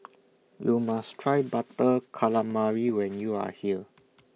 YOU must Try Butter Calamari when YOU Are here